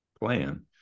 plan